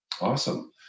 Awesome